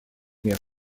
мер